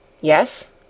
Yes